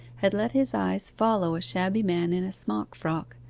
had let his eyes follow a shabby man in a smock-frock,